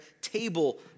table